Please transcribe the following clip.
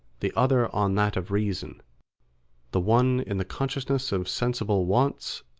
the other on that of reason the one in the consciousness of sensible wants,